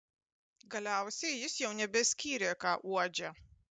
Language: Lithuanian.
galiausiai jis jau nebeskyrė ką uodžia